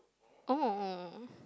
oh